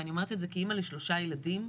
ואני אומרת את זה כאימא לשלושה ילדים,